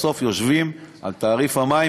בסוף יושבים על תעריף המים,